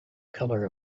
color